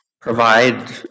provide